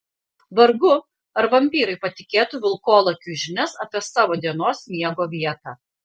vargu ar vampyrai patikėtų vilkolakiui žinias apie savo dienos miego vietą